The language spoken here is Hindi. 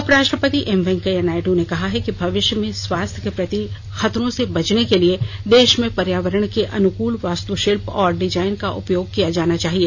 उपराष्ट्रपति एम वैंकेया नायड् ने कहा है कि भविष्य में स्वास्थ्य के प्रति खतरों से बचने के लिए देश में पर्यावरण के अनुकूल वास्तुशिल्प और डिजाइन का उपयोग किया जाना चाहिए